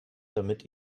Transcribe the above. damit